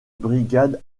brigade